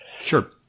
Sure